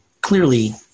clearly